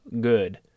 good